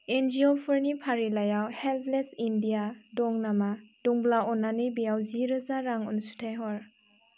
एनजिअफोरनि फारिलाइयाव HelpAge India दं नामा दंब्ला अन्नानै बेयाव जि रोजा रां अनसुंथाइ हर